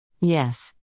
Yes